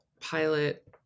pilot